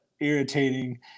irritating